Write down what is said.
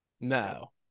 No